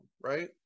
right